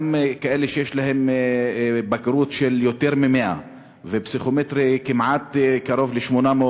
גם כאלה שיש להם בגרות של יותר מ-100 ופסיכומטרי כמעט קרוב ל-800,